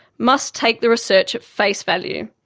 must take the research at face value.